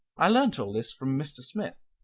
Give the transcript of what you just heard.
i learnt all this from mr. smith,